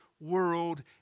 world